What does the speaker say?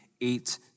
eight